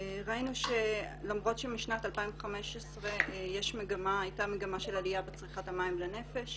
ראינו שלמרות שמשנת 2015 הייתה מגמה של עלייה בצריכת המים לנפש,